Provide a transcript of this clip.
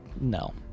No